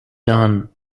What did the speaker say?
done